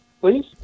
please